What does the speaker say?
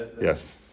Yes